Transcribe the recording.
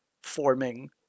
forming